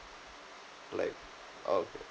like um